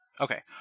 Okay